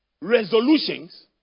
resolutions